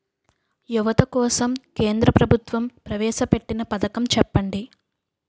యువత కోసం కేంద్ర ప్రభుత్వం ప్రవేశ పెట్టిన పథకం చెప్పండి?